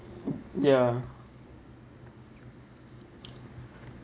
ya